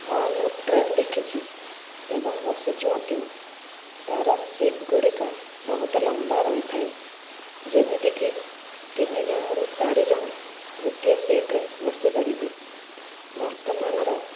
ହଁ ମୁଁ ଟ୍ରେନ୍ ଦେଖିଛି ଏବଂ ବସିଛି ମଧ୍ୟ ତାର ସିଟ୍ ଗୁଡ଼ିକ ବହୁତ ଲମ୍ବା ରହିଥାଏ ଯେମିତିକି ତିନି ଜଣରୁ ଚାରିଜଣ ଗୋଟିଏ ସିଟ୍ରେ ବସିପାରିବେ ବର୍ତ୍ତମାନର